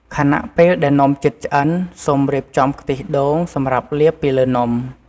ខណៈពេលដែលនំជិតឆ្អិន សូមរៀបចំខ្ទិះដូងសម្រាប់លាបពីលើនំ។